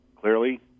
clearly